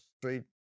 street